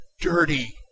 dirty